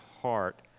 heart